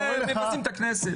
מבזים את הכנסת.